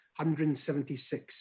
$176